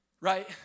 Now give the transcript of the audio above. Right